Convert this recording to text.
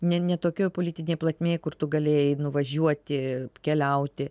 ne ne tokioj politinėj plotmėj kur tu galėjai nuvažiuoti keliauti